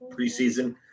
preseason